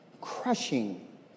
crushing